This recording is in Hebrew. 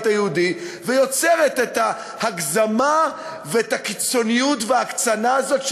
היהודי ויוצרת את ההגזמה ואת הקיצוניות וההקצנה הזאת,